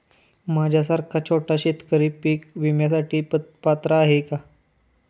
माझ्यासारखा छोटा शेतकरी पीक विम्यासाठी पात्र आहे का?